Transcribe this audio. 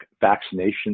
vaccination